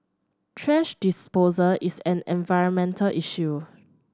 thrash disposal is an environmental issue